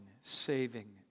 saving